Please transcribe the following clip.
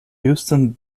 houston